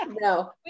No